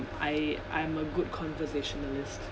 I I'm a good conversationalist